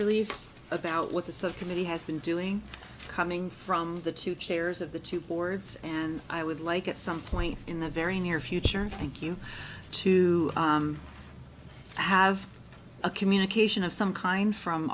release about what the subcommittee has been doing coming from the two chairs of the two boards and i would like at some point in the very near future thank you to have a communication of some kind from